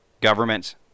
governments